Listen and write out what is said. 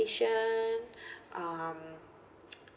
patient um